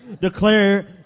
Declare